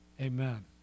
amen